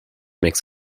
makes